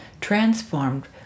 transformed